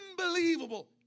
Unbelievable